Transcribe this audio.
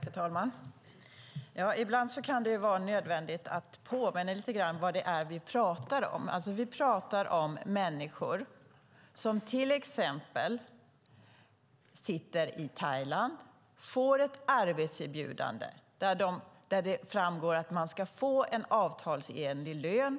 Herr talman! Ibland kan det vara nödvändigt att påminna lite grann om vad det är som vi talar om. Vi talar om människor som till exempel befinner sig i Thailand och får ett arbetserbjudande där det framgår att de ska få en avtalsenlig lön.